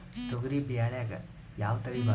ತೊಗರಿ ಬ್ಯಾಳ್ಯಾಗ ಯಾವ ತಳಿ ಭಾರಿ?